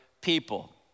people